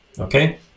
okay